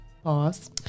Pause